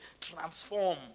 transform